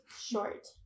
Short